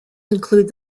include